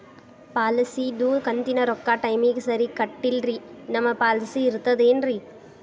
ಪಾಲಿಸಿದು ಕಂತಿನ ರೊಕ್ಕ ಟೈಮಿಗ್ ಸರಿಗೆ ಕಟ್ಟಿಲ್ರಿ ನಮ್ ಪಾಲಿಸಿ ಇರ್ತದ ಏನ್ರಿ?